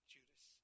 Judas